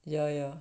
yeah yeah